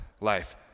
life